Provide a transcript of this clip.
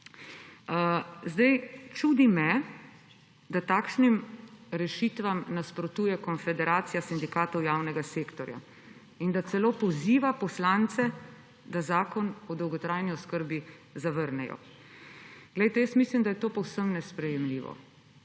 Čudi me, da takšnim rešitvam nasprotuje Konfederacija sindikatov javnega sektorja in da celo poziva poslance, da zakon o dolgotrajni oskrbi zavrnejo. Jaz mislim, da je to povsem nesprejemljivo.